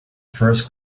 first